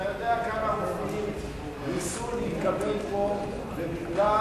אתה יודע כמה רופאים ניסו להתקבל פה ובגלל